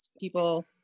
people